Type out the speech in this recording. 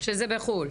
שזה בחו"ל.